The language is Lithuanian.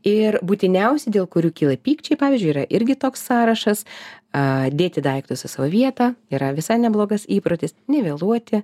ir būtiniausi dėl kurių kyla pykčiai pavyzdžiui yra irgi toks sąrašas a dėti daiktus į savo vietą yra visai neblogas įprotis nevėluoti